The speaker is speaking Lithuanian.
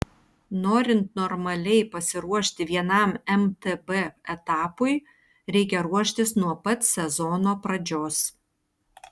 norint normaliai pasiruošti vienam mtb etapui reikia ruoštis nuo pat sezono pradžios